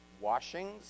washings